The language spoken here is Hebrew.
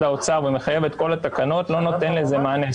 האוצר ומחייב את כל התקנות לא נותן לזה מענה.